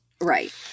Right